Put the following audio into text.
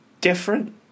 different